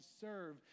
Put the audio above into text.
serve